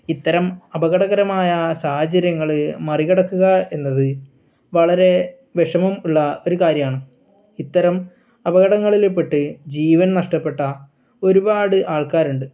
ഇത്തരം അപകടകരമായ സാഹചര്യങ്ങൾ മറികടക്കുക എന്നത് വളരെ വിഷമം ഉള്ള ഒരു കാര്യമാണ് ഇത്തരം അപകടങ്ങളിൽപെട്ട് ജീവൻ നഷ്ടപ്പെട്ട ഒരുപാട് ആൾക്കാരുണ്ട്